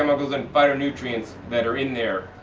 um phytonutrients that are in there.